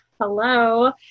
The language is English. Hello